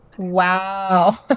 Wow